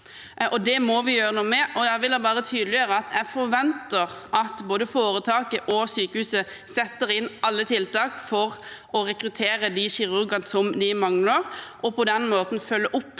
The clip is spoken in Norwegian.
Det må vi gjøre noe med. Jeg vil tydeliggjøre at jeg forventer at både foretaket og sykehuset setter inn alle tiltak for å rekruttere de kirurgene de mangler, og på den måten følger opp